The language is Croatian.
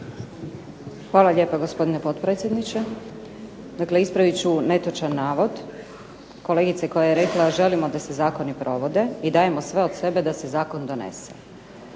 Hvala lijepa gospodine potpredsjedniče. Dakle, ispravit ću netočan navod kolegice koja je rekla želimo da se zakoni provode i dajemo sve od sebe da se zakon donese.